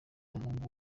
umuhungu